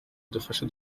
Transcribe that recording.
idufashe